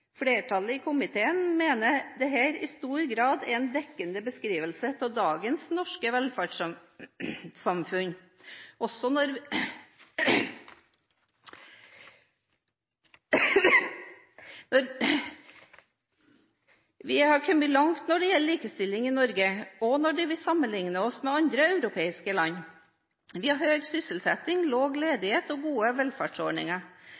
Flertallet i komiteen mener dette i stor grad er en dekkende beskrivelse av dagens norske velferdssamfunn. Vi har kommet langt når det gjelder likestilling i Norge, også når vi sammenligner oss med andre europeiske land. Vi har høy sysselsetting,